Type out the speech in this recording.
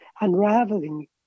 unraveling